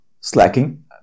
slacking